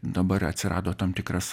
dabar atsirado tam tikras